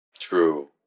True